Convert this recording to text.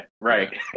right